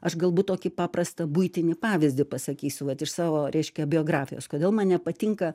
aš galbūt tokį paprastą buitinį pavyzdį pasakysiu vat iš savo reiškia biografijos kodėl man nepatinka